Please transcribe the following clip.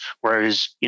Whereas